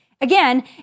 Again